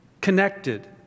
connected